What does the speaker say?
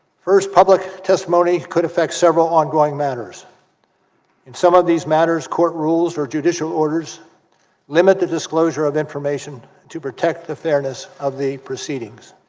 first public testimony could affect several ongoing matters in some of these matters court rules for judicial orders limited disclosure of information to protect the fairness of the procee